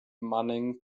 manning